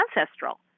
ancestral